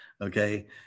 okay